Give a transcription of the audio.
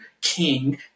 king